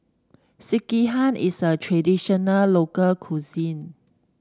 Sekihan is a traditional local cuisine